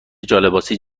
جالباسی